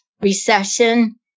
recession